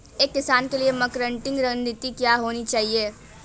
एक किसान के लिए मार्केटिंग रणनीति क्या होनी चाहिए?